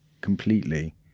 completely